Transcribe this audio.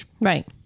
Right